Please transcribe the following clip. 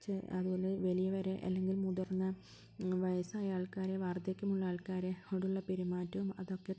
ചെ അതുപോലെ വലിയവരെ അല്ലെങ്കിൽ മുതിർന്ന വയസ്സായ ആൾക്കാരെ വാർദ്ധക്യം ഉള്ള ആൾക്കാരെ അവരോടുള്ള പെരുമാറ്റവും അതൊക്കെ